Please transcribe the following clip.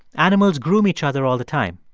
animals groom each other all the time.